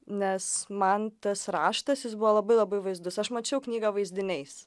nes man tas raštas jis buvo labai labai vaizdus aš mačiau knygą vaizdiniais